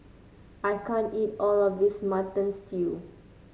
I can't eat all of this Mutton Stew